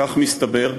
כך מסתבר,